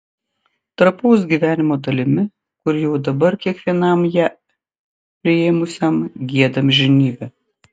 trapaus gyvenimo dalimi kuri jau dabar kiekvienam ją priėmusiam gieda amžinybę